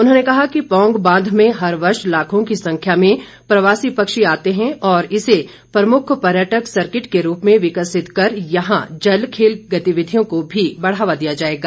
उन्होंने कहा कि पौंग बांध में हर वर्ष लाखों की संख्या में प्रवासी पक्षी आते हैं और इसे प्रमुख पर्यटक सर्किट के रूप में विकसित कर यहां जल खेल गतिविधियों को भी बढ़ावा दिया जाएगा